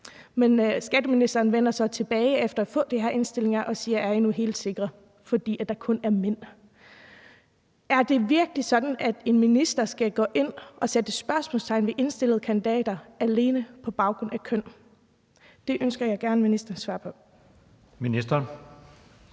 Men skatteministeren vender så tilbage efter den her indstilling og siger: Er I nu helt sikre? Det siger han, fordi der kun er mænd. Er det virkelig sådan, at en minister skal gå ind og sætte spørgsmålstegn ved indstillede kandidater alene på baggrund af køn? Det ønsker jeg ministerens svar på. Kl.